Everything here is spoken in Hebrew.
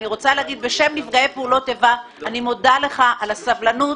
בשם נפגעי פעולות איבה אני מודה לך על הסבלנות,